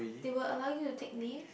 they will allow you to take leave